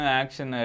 action